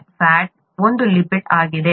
fat ಒಂದು lipid ಆಗಿದೆ